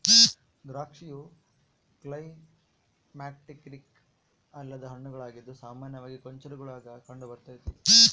ದ್ರಾಕ್ಷಿಯು ಕ್ಲೈಮ್ಯಾಕ್ಟೀರಿಕ್ ಅಲ್ಲದ ಹಣ್ಣುಗಳಾಗಿದ್ದು ಸಾಮಾನ್ಯವಾಗಿ ಗೊಂಚಲುಗುಳಾಗ ಕಂಡುಬರ್ತತೆ